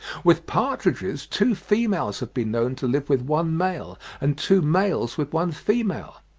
with partridges two females have been known to live with one male, and two males with one female.